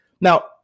Now